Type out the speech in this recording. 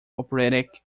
operatic